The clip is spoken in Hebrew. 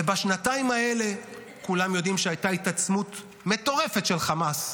ובשנתיים האלה כולם יודעים שהייתה התעצמות מטורפת של חמאס.